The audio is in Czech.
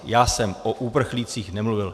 Já jsem o uprchlících nemluvil.